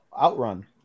Outrun